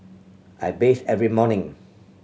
I bathe every morning